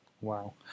wow